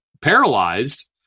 paralyzed